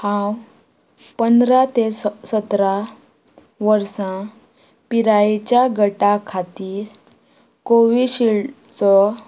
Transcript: हांव पंदरा ते स सतरा वर्सां पिरायेच्या गटा खातीर कोविशिल्डचो